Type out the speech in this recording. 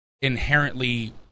inherently